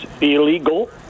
illegal